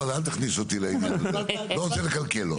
אל תכניס אותי לעניין, אני לא רוצה לקלקל לו.